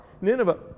Nineveh